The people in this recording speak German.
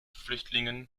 flüchtlingen